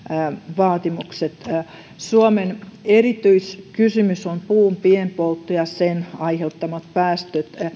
vaatimukset suomen erityiskysymys on puun pienpoltto ja sen aiheuttamat päästöt